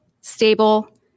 stable